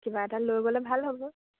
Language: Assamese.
কিবা এটা লৈ গলে ভাল হ'ব